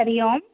Hari Om